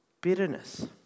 bitterness